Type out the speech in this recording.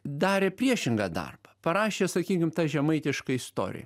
darė priešingą darbą parašė sakykim tą žemaitišką istoriją